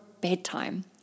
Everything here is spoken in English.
bedtime